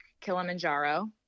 Kilimanjaro